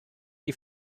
die